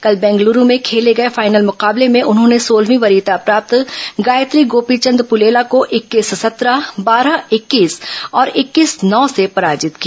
कल बेंगलुरू में खेले गए फाइनल मुकाबले में उन्होंने सोलहवीं वरीयता प्राप्त गायत्री गोपीचंद पुलेला को इक्कीस सत्रह बारह इक्कीस और इक्कीस नौ से पराजित किया